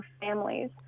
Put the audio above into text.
families